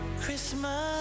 Christmas